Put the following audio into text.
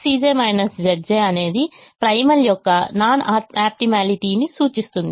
Cj Zj అనేది primal యొక్క non optimality ని సూచిస్తుంది